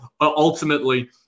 ultimately